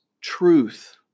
truth